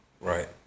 right